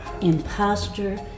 imposter